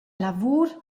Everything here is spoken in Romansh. lavur